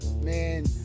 Man